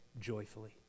joyfully